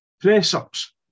Press-ups